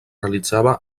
realitzava